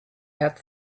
had